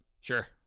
Sure